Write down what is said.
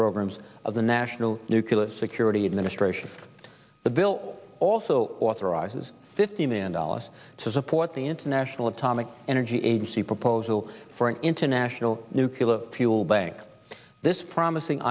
programs of the national nucular security administration the bill also authorizes fifty million dollars to support the international atomic energy agency proposal for an international nucular fuel bank this promising